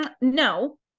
No